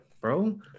bro